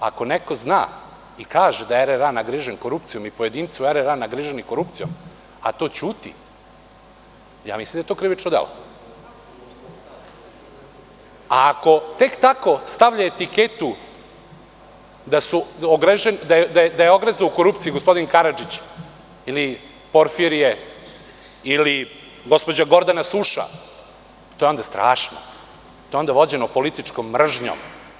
Ako neko zna i kaže da je RRA nagrižen korupcijom i pojedinci RRA nagriženi korupcijom, a to ćuti, mislim da je to krivično delo, a ako tek tako stavlja etiketu da je ogrezao u korupciji gospodin Karadžić ili Porfirije ili gospođa Gordana Suša, to je onda strašno, to je onda vođeno političkom mržnjom.